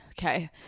Okay